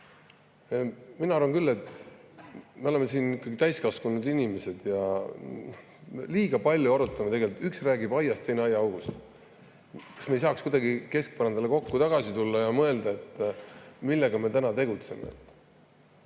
Mina arvan küll, et me oleme ikkagi täiskasvanud inimesed ja liiga palju arutame nii, et üks räägib aiast, teine aiaaugust. Kas me ei saaks kuidagi keskpõrandale kokku tagasi tulla ja mõelda, millega me täna tegeleme? Siin